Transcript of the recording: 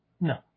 No